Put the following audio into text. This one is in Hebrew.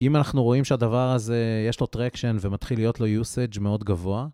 אם אנחנו רואים שהדבר הזה יש לו טרקשן ומתחיל להיות לו usage מאוד גבוה